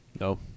no